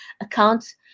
accounts